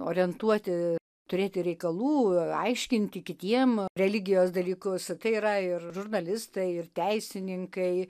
orientuoti turėti reikalų aiškinti kitiem religijos dalykus tai yra ir žurnalistai ir teisininkai